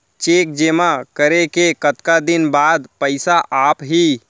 Cheque जेमा करे के कतका दिन बाद पइसा आप ही?